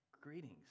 greetings